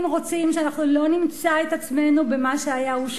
אם רוצים שאנחנו לא נמצא את עצמנו ב"מה שהיה הוא שיהיה",